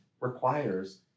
requires